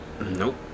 Nope